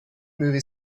movie